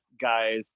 guys